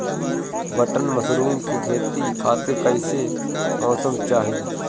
Button mushroom के खेती खातिर कईसे मौसम चाहिला?